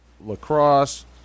lacrosse